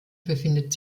befindet